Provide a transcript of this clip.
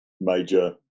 Major